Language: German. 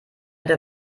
der